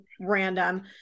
random